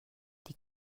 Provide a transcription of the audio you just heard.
die